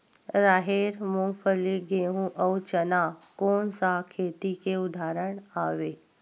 राहेर, मूंगफली, गेहूं, अउ चना कोन सा खेती के उदाहरण आवे?